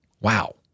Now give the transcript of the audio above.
wow